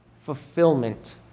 fulfillment